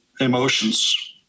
emotions